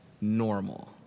normal